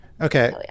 okay